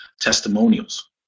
testimonials